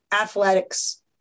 athletics